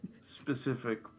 specific